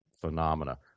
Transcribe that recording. phenomena